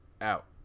out